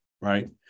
right